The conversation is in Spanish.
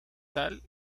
tal